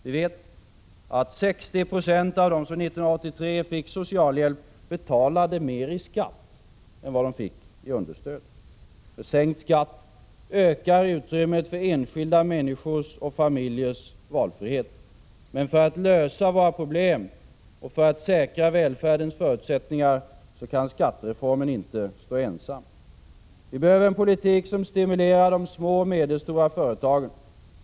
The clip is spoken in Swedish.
Vi vet att 60 90 av dem som 1983 fick socialhjälp betalade mer i skatt än vad de fick i understöd. Med sänkt skatt ökar utrymmet för enskilda människors och familjers valfrihet. Men för att kunna lösa våra problem och säkra välfärdens förutsättningar kan vi inte låta skattereformen stå ensam. Vi behöver en politik som stimulerar de små och medelstora företagen.